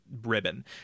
Ribbon